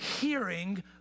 hearing